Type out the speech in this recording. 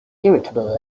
irritable